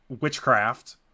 witchcraft